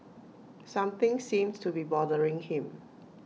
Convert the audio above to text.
something seems to be bothering him